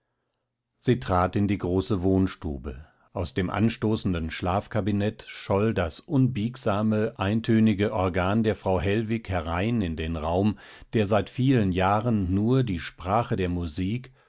sie trat in die große wohnstube aus dem anstoßenden schlafkabinett scholl das unbiegsame eintönige organ der frau hellwig herein in den raum der seit vielen jahren nur die sprache der musik